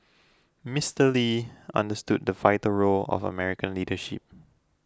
Mister Lee understood the vital role of American leadership